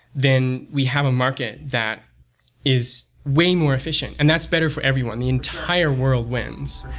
then, we have a market that is way more efficient, and that's better for everyone. the entire world wins.